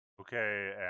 Okay